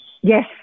yes